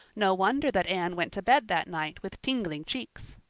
no wonder that anne went to bed that night with tingling cheeks!